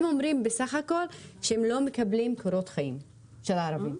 הם אומרים בסך הכל שהם לא מקבלים קורות חיים של הערבים,